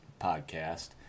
podcast